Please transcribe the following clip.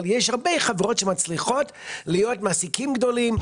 אבל יש הרבה חברות שמצליחות להיות מעסיקים גדולים,